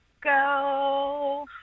go